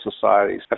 societies